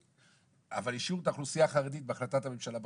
אבל השאירו את האוכלוסייה החרדית בהחלטת הממשלה בחוץ.